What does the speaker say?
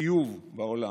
לחיוב בעולם.